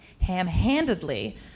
ham-handedly